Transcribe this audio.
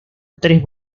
tres